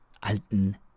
alten